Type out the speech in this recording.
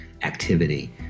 activity